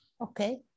Okay